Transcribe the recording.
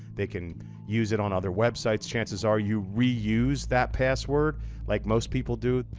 they can use it on other websites. chances are you reuse that password like most people do.